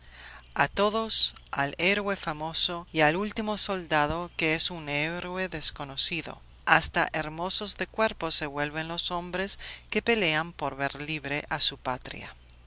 a todos al héroe famoso y al último soldado que es un héroe desconocido hasta hermosos de cuerpo se vuelven los hombres que pelean por ver libre a su patria